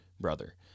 brother